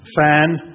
fan